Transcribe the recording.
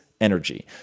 energy